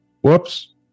whoops